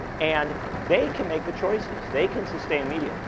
and they can make the choices. they can sustain media.